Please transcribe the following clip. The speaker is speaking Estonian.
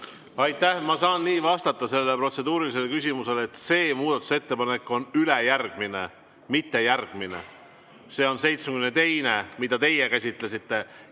Aitäh! Ma saan sellele protseduurilisele küsimusele vastata nii, et see muudatusettepanek on ülejärgmine, mitte järgmine. See on 72., mida teie käsitlesite.